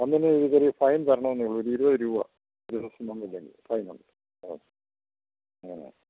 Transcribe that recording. വന്നില്ലേൽ ചെറിയൊരു ഫൈൻ തരണമെന്നേയുള്ളു ഒരിരുപത് രൂപ ഒരു ദിവസം വന്നില്ലെങ്കിൽ ഫൈനുണ്ട് ആ അങ്ങനെ